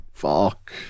Fuck